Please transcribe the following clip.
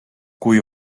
kui